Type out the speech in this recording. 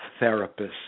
therapists